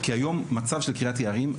כי היום המצב של קריית יערים,